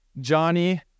Johnny